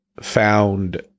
found